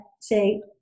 say